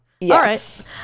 Yes